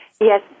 Yes